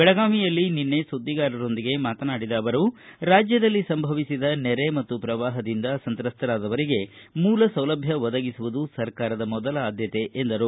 ಬೆಳಗಾವಿಯಲ್ಲಿ ನಿನ್ನೆ ಸುದ್ದಿಗಾರರೊಂದಿಗೆ ಮಾತನಾಡಿದ ಅವರು ರಾಜ್ದದಲ್ಲಿ ಸಂಭವಿಸಿದ ನೆರೆ ಮತ್ತು ಪ್ರವಾಹದಿಂದ ಸಂತ್ರಸ್ತರಾದವರಿಗೆ ಮೂಲ ಸೌಲಭ್ಯ ಒದಗಿಸುವುದು ಸರ್ಕಾರದ ಮೊದಲ ಆದ್ದತೆ ಎಂದರು